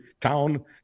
town